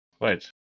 Wait